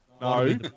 No